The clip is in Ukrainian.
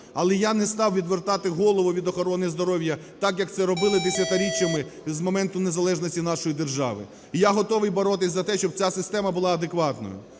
Але я не став відвертати голову від охорони здоров'я так, як це робили десятиріччями з моменту незалежності нашої держави. І я готовий боротись за те. щоб ця система була адекватною.